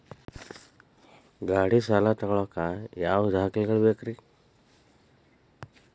ಗಾಡಿ ಸಾಲ ತಗೋಳಾಕ ಯಾವ ದಾಖಲೆಗಳ ಬೇಕ್ರಿ?